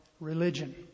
religion